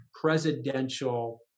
presidential